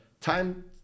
time